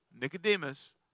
Nicodemus